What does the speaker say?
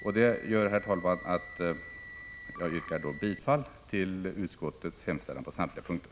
Med detta, herr talman, yrkar jag bifall till utskottets hemställan på samtliga punkter.